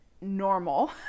normal